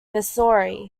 missouri